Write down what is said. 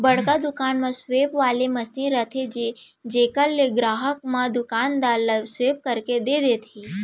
बड़का दुकान म स्वेप वाले मसीन रथे जेकर ले गराहक मन दुकानदार ल स्वेप करके दे देथे